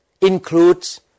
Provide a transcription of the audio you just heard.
includes